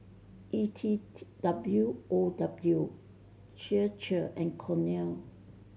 E T T W O W Chir Chir and Cornell